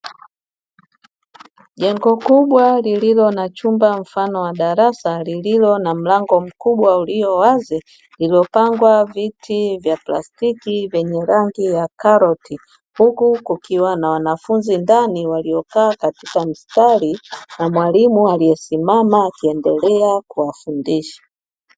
Jengo kubwa lililo na chumba mfano wa darasa lililo na mlango mkubwa uliowazi, lililopangwa viti vya plastiki venye rangi ya karoti, huku kukiwa na wanafunzi ndani waliokaa kwenye mstaria na mwalimu aliyesimama akiendelea kuwafundisha.